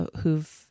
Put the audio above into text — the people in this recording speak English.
who've